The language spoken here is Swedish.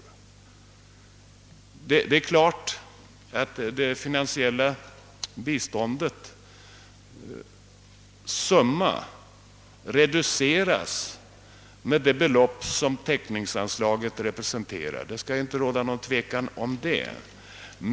Det är klart att det finansiella biståndets summa reduceras med det belopp som täckningsanslaget representerar — det skall inte råda någon tvekan om det.